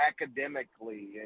academically